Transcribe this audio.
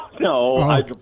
no